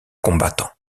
combattant